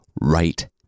right